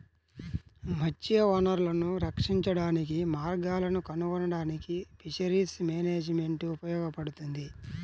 మత్స్య వనరులను రక్షించడానికి మార్గాలను కనుగొనడానికి ఫిషరీస్ మేనేజ్మెంట్ ఉపయోగపడుతుంది